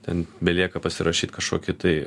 ten belieka pasirašyt kažkokį tai